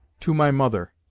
to my mother,